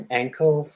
ankle